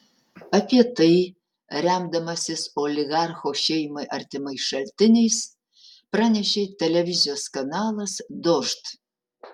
apie tai remdamasis oligarcho šeimai artimais šaltiniais pranešė televizijos kanalas dožd